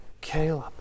Caleb